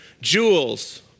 jewels